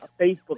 Facebook